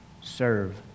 Serve